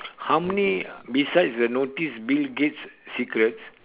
how many besides the notice bill gates' secrets